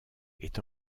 est